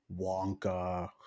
Wonka